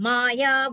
Maya